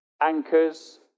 anchors